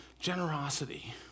generosity